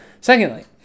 secondly